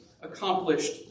accomplished